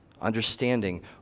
Understanding